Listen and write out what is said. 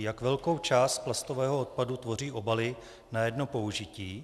Jak velkou část plastového odpadu tvoří obaly na jedno použití?